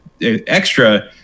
extra